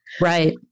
Right